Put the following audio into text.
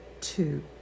two